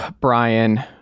Brian